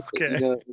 okay